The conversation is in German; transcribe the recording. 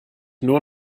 nur